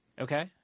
Okay